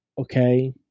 okay